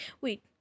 Wait